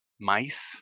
mice